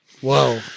Whoa